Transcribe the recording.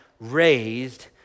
raised